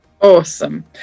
Awesome